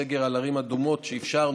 בסגר על ערים אדומות אפשרנו